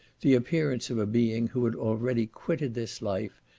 the appearance of a being who had already quitted this life,